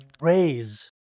raise